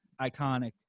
iconic